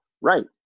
Right